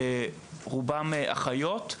רובם אחיות.